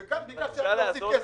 אתה לא --- השכבות החלשות.